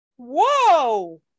whoa